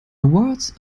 awards